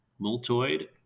multoid